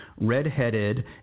redheaded